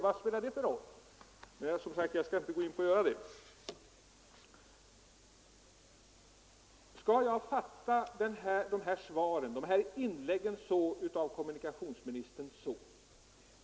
Vad spelar detta för roll? Men jag skall som sagt inte gå in mer på det. Hur skall jag fatta svaren i de här inläggen av kommunikationsministern?